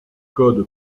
code